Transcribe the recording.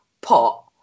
pot